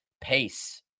pace